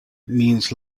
means